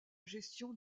gestion